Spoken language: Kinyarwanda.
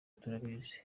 turakizi